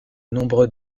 nombreux